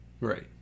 Right